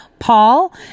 Paul